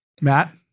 Matt